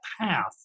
path